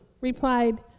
replied